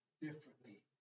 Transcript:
differently